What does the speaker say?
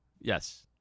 yes